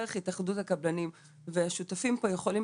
דרך התאחדות הקבלנים והשותפים פה יכולים